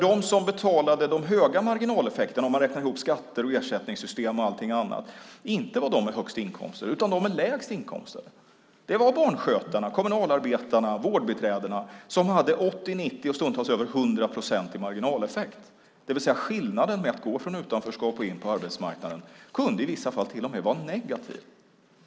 De som betalade de höga marginaleffekterna, om man räknar ihop skatter, ersättningssystem och allting annat, var inte de med högst inkomster utan de med lägst inkomster. Det var barnskötarna, kommunalarbetarna och vårdbiträdena som hade 80, 90 och stundtals över 100 procent i marginaleffekt. De som gick från utanförskap in på arbetsmarknaden kunde i vissa fall till och med förlora på det.